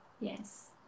Yes